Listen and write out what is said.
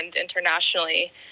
internationally